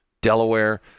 Delaware